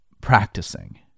practicing